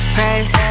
Praise